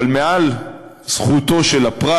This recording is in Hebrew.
אבל מעל זכותו של הפרט,